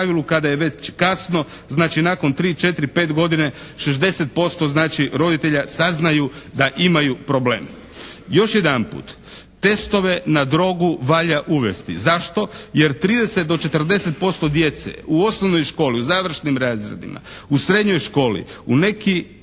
kada je već kasno, znači nakon 3, 4, 5 godina 60% znači roditelja saznaju da imaju problem. Još jedanput, testove na drogu valja uvesti. Zašto? Jer 30 do 40% djece u osnovnoj školi u završnim razredima, u srednjoj školi na neki